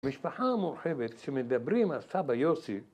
משפחה מורחבת, שמדברים על סבא יוסי...